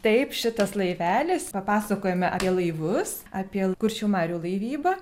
taip šitas laivelis papasakojome apie laivus apie kuršių marių laivybą